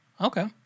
Okay